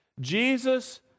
Jesus